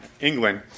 England